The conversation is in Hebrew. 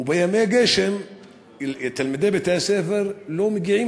ובימי גשם תלמידי בתי-הספר לא מגיעים